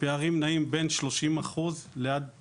הפערים נעים בין 30% ל-90%